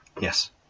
yes